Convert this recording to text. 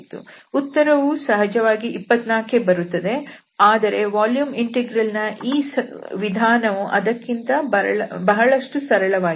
ಉತ್ತರವು ಸಹಜವಾಗಿ 24 ಬರುತ್ತದೆ ಆದರೆ ವಾಲ್ಯೂಮ್ ಇಂಟೆಗ್ರಲ್ ನ ಈ ವಿಧಾನವು ಅದಕ್ಕಿಂತ ಬಹಳಷ್ಟು ಸರಳವಾಗಿದೆ